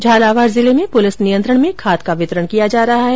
झालावाड़ जिले में पुलिस नियंत्रण में खाद का वितरण किया जा रहा है